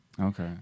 Okay